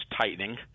tightening